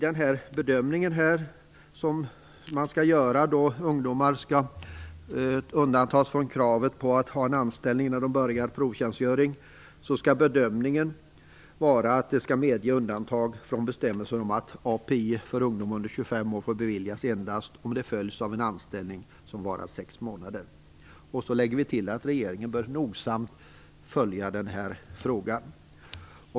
Den bedömning som man skall göra - ungdomar skall undantas från kravet på att ha en anställning när de börjar provtjänstgöring - måste medge undantag från bestämmelsen om att API för ungdom under 25 år får beviljas endast om den följs av en anställning som varar sex månader. Sedan lägger vi till att regeringen nogsamt bör följa denna fråga.